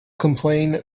complain